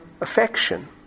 affection